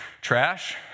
Trash